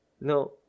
no